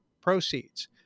proceeds